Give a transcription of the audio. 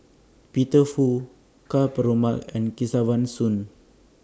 Peter Fu Ka Perumal and Kesavan Soon